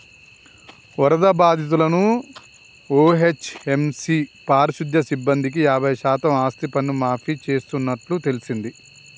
వరద బాధితులను ఓ.హెచ్.ఎం.సి పారిశుద్య సిబ్బందికి యాబై శాతం ఆస్తిపన్ను మాఫీ చేస్తున్నట్టు తెల్సింది